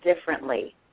differently